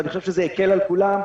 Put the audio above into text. ואני חושב שזה הקל על כולם,